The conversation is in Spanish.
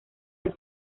del